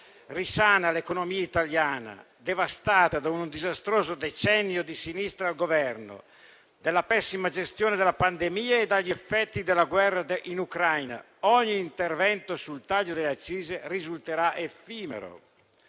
risana l'economia italiana, devastata da un disastroso decennio di sinistra al Governo, dalla pessima gestione della pandemia e dagli effetti della guerra in Ucraina, ogni intervento sul taglio delle accise risulterà effimero.